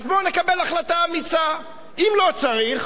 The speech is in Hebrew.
אז בוא נקבל החלטה אמיצה: אם לא צריך,